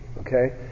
okay